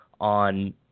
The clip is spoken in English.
on